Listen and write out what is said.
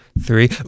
three